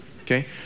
okay